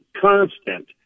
constant